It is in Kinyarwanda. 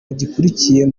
gikurikiyeho